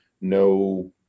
no